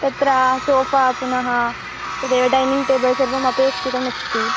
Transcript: तत्र सोफ़ा पुनः तदेव डैनिङ्ग् टेबल् सर्वम् अपेक्षितमस्ति